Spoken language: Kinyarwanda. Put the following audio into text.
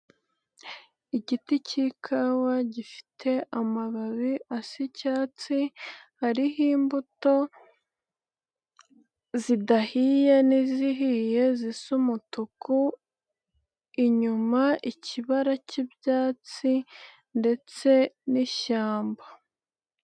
Igiti k'ikawa gifite amababi asa icyatsi, ariho imbuto zidahiye n'izihiye zisa umutuku, inyuma ikibara k'ibyatsi ndetse n'ishyamba.